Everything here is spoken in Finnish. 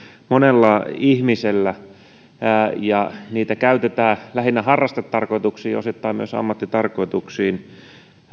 monella ihmisellä ja niitä käytetään lähinnä harrastetarkoituksiin ja osittain myös ammattitarkoituksiin